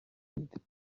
n’étaient